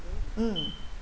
mm